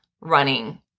running